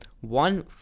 one